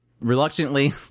reluctantly